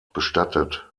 bestattet